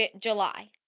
July